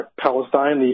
Palestine